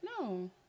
no